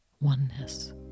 oneness